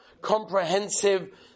comprehensive